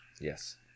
Yes